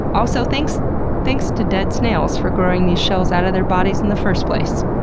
also, thanks thanks to dead snails for growing these shells out of their bodies in the first place.